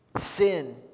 sin